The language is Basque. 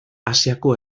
asiako